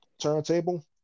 turntable